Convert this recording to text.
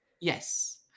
Yes